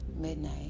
Midnight